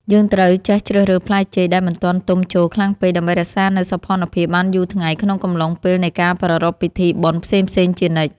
យើងត្រូវចេះជ្រើសរើសផ្លែចេកដែលមិនទាន់ទុំជោរខ្លាំងពេកដើម្បីរក្សានូវសោភ័ណភាពបានយូរថ្ងៃក្នុងកំឡុងពេលនៃការប្រារព្ធពិធី បុណ្យផ្សេងៗជានិច្ច។